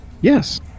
Yes